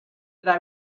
that